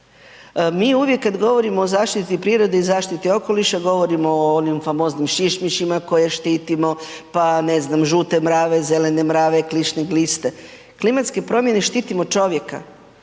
Mi uvijek kad govorimo o zaštiti prirode i zaštiti okoliša govorimo o onim famoznim šišmišma koje štitimo, pa ne znam žute mrave, zelene mrave, kišne gliste, klimatske promjene štitimo čovjeka